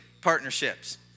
partnerships